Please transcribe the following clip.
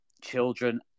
children